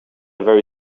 very